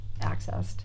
accessed